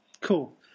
Cool